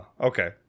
okay